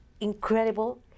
incredible